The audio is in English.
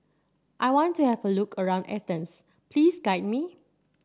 I want to have a look around Athens please guide me